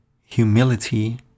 humility